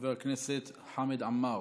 חבר הכנסת חמד עמאר,